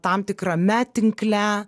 tam tikrame tinkle